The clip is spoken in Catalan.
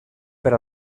per